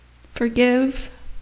forgive